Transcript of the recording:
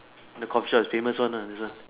the coffee shop is famous one lah this one